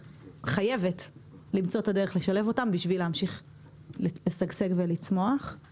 שחייבת למצוא את הדרך לשלב אותם כדי להמשיך לשגשג ולצמוח.